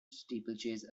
steeplechase